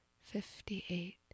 fifty-eight